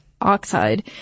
oxide